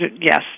Yes